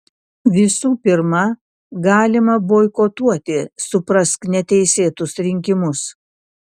visų pirma galima boikotuoti suprask neteisėtus rinkimus